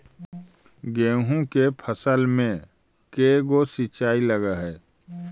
गेहूं के फसल मे के गो सिंचाई लग हय?